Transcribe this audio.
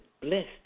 Blessed